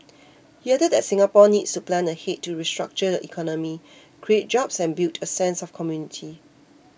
he added that Singapore needs to plan ahead to restructure the economy create jobs and build a sense of community